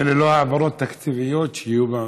זה ללא העברות תקציביות שיהיו.